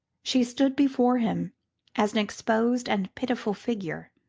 she stood before him as an exposed and pitiful figure,